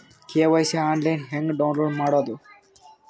KYC online ಹೆಂಗ್ download ಮಾಡೋದು?